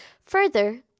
further